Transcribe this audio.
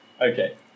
Okay